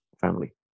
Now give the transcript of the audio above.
family